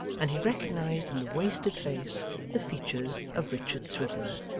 and he recognised in the wasted face the features of richard swiveller.